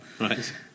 right